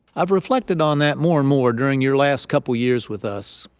i've reflected on that more and more during your last couple years with us.